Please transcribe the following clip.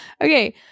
okay